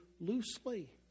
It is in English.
loosely